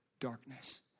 darkness